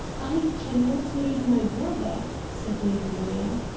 i cannot leave my brother! said lady moya.